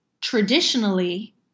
traditionally